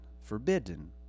forbidden